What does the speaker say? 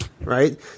right